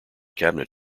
cabinet